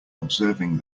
observing